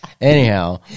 Anyhow